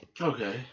okay